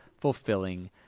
fulfilling